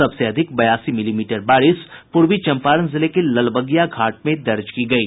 सबसे अधिक बयासी मिलीमीटर बारिश पूर्वी चंपारण जिले के लालबगिया घाट में दर्ज की गयी